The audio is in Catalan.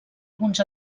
alguns